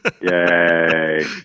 yay